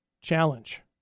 challenge